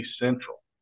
Central